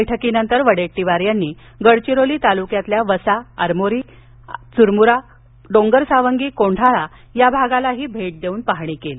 बैठकीनंतर वडेट्टीवार यांनी गडचिरोली तालुक्यातील वसा आरमोरी तालुक्यातील चुरमुरा डोंगरसावंगी कोंढाळा या भागाला भेट देऊन पहाणी केली